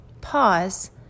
pause